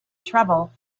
trouble